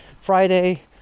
friday